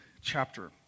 chapter